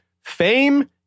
fame